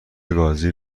گازی